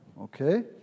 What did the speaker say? Okay